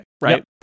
right